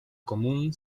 común